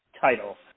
title